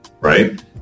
right